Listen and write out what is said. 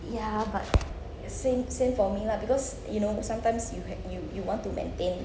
ya but same same for me lah because you know sometimes you had you you want to maintain